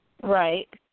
Right